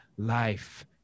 life